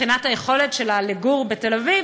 מבחינת היכולת שלה לגור בתל אביב,